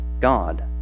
God